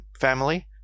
family